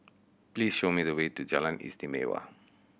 please show me the way to Jalan Istimewa